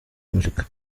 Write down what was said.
muzika